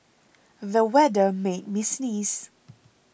the weather made me sneeze